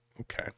okay